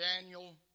Daniel